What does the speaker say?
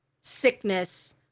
sickness